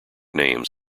names